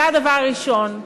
זה הדבר הראשון.